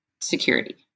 security